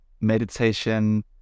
meditation